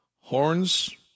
Horns